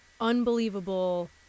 unbelievable